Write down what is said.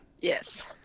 Yes